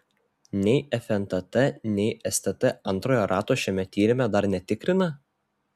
nei fntt nei stt antrojo rato šiame tyrime dar netikrina